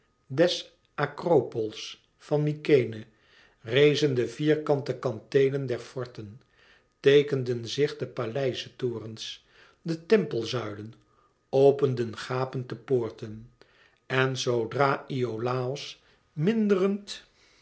des akropools van mykenæ rezen de vierkante kanteelen der forten teekenden zich de paleizetorens de tempelzuilen openden gapend de poorten en zoodra iolàos minderend